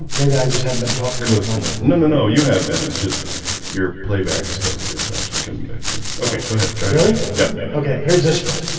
maybe i just haven't been talking close enough, no and no, you have been it's just your playback stuff is actually coming back through okay. go ahead try really. yeah, okay? here's this one,